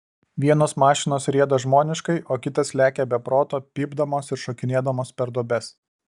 vienos mašinos rieda žmoniškai o kitos lekia be proto pypdamos ir šokinėdamos per duobes